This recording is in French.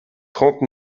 trente